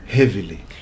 Heavily